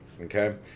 okay